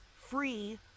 free